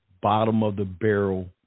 bottom-of-the-barrel